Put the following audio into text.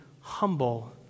humble